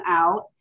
out